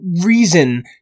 reason